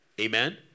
Amen